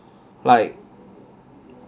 like